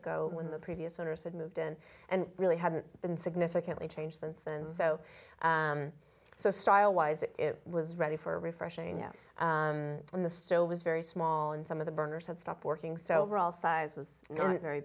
ago when the previous owners had moved in and really hadn't been significantly changed since then so so style wise it was ready for refreshing when the so was very small and some of the burners had stopped working so we're all size was very